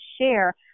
share